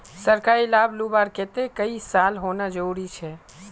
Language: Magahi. सरकारी लाभ लुबार केते कई साल होना जरूरी छे?